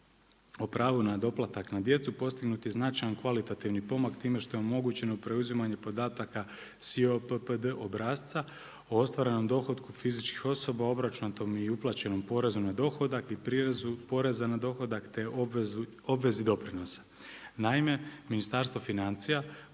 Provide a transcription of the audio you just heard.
o pravu na doplatak na djecu postignut je značajan kvalitativni pomak time što je omogućeno preuzimanje podataka SI PPD obrasca o ostvarenom dohotku fizičkih osoba, obračunatom i uplaćenom porezu na dohodak i prirezu poreza na dohodak te obvezi doprinosa. Naime Ministarstvo financija, porezna